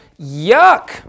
Yuck